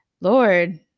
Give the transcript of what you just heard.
Lord